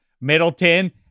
Middleton